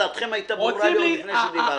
דעתכם הייתה ברורה לי עוד לפני שדיברתם.